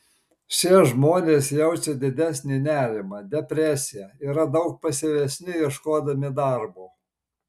šie žmonės jaučia didesnį nerimą depresiją yra daug pasyvesni ieškodami darbo